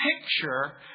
picture